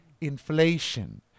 inflation